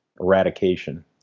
eradication